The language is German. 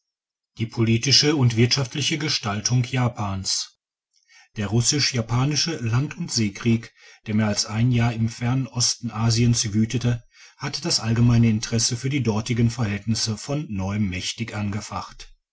die erste besteigung des niitakayama mount morrison der russisch japanische land und seekrieg der mehr als ein jahr im fernen osten asiens wütete hat das allgemeine interesse für die dortigen verhältnisse von neuem mächtig angefacht